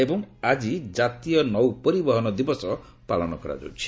ଏବଂ ଆଜି ଜାତୀୟ ନୌପରିବହନ ଦିବସ ପାଳନ କରାଯାଉଛି